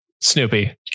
snoopy